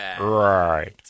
Right